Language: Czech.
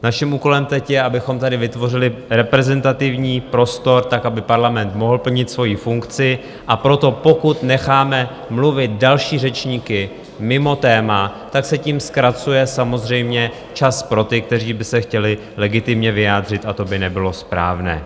Naším úkolem teď je, abychom tady vytvořili reprezentativní prostor, tak aby parlament mohl plnit svoji funkci, a proto pokud necháme mluvit další řečníky mimo téma, tak se tím samozřejmě zkracuje čas pro ty, kteří by se chtěli legitimně vyjádřit, a to by nebylo správné.